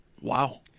Wow